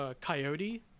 Coyote